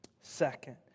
second